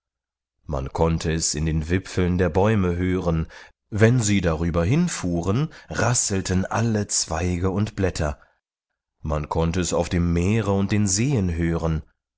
man konnte es in den wipfeln der bäume hören wenn sie darüber hinfuhren rasselten alle zweige und blätter man konnte es auf dem meere und den seen hören